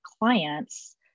clients